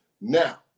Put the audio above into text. now